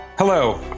Hello